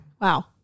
Wow